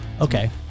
Okay